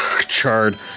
charred